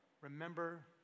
Remember